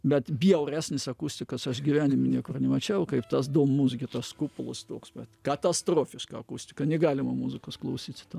bet bjauresnės akustikos aš gyvenime niekur nemačiau kaip tas dom muziki tas kupolas toks bet katastrofiška akustika negalima muzikos klausyti ten